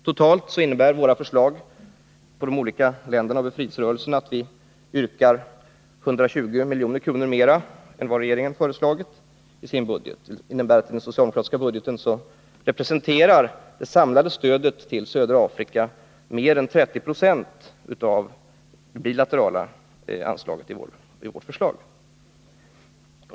Totalt innebär våra förslag för de olika länderna och befrielserörelserna att vi yrkar på 120 milj.kr. mer än vad regeringsförslaget gör i sin budget. Det innebär att i den socialdemokratiska budgeten representerar det samlade stödet till södra Afrika mer än 30 26 av det bilaterala anslaget i vårt förslag.